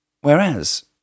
whereas